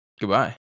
Goodbye